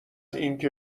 اینکه